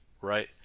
right